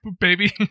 baby